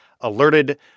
alerted